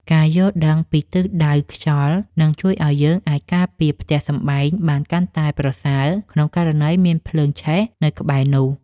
ការយល់ដឹងពីទិសដៅខ្យល់នឹងជួយឱ្យយើងអាចការពារផ្ទះសម្បែងបានកាន់តែប្រសើរក្នុងករណីមានភ្លើងឆេះនៅក្បែរនោះ។